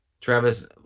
Travis